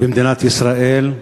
במדינת ישראל,